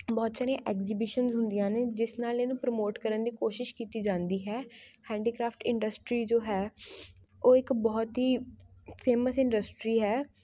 ਬਹੁਤ ਸਾਰੀਆਂ ਐਗਜੀਵੀਸ਼ਨਜ ਹੁੰਦੀਆਂ ਨੇ ਜਿਸ ਨਾਲ਼ ਇਹਨੂੰ ਪ੍ਰਮੋਟ ਕਰਨ ਦੀ ਕੋਸ਼ਿਸ਼ ਕੀਤੀ ਜਾਂਦੀ ਹੈ ਹੈਂਡੀਕ੍ਰਾਫਟ ਇੰਨਡਸਟਰੀ ਜੋ ਹੈ ਉਹ ਇੱਕ ਬਹੁਤ ਹੀ ਫੇਮਸ ਇੰਨਡਸਟਰੀ ਹੈ